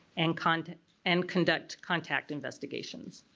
and conduct and conduct contact investigations.